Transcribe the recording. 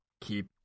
keep